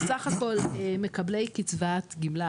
אז סך הכול מקבלי קצבת גמלה,